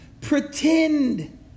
pretend